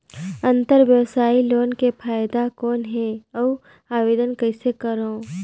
अंतरव्यवसायी लोन के फाइदा कौन हे? अउ आवेदन कइसे करव?